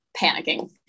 panicking